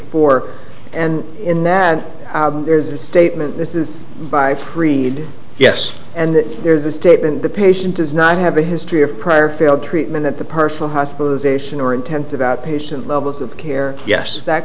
four and in that statement this is by freed yes and there's the statement the patient does not have a history of prior failed treatment at the person hospitalization or intensive outpatient levels of care yes that